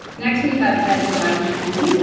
next we have betty y. chen,